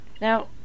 Now